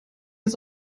ist